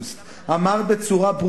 אני אומר את האמת.